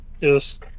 Yes